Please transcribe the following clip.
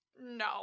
no